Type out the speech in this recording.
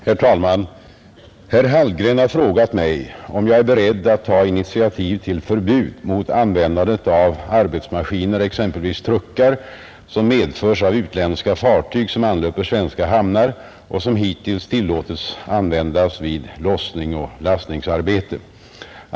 Herr talman! Herr Hallgren har frågat mig om jag är beredd att ta initiativ till förbud mot användandet av arbetsmaskiner, exempelvis truckar, som medförs av utländska fartyg som anlöper svenska hamnar och som hittills tillåtits användas vid lossning och lastningsarbete.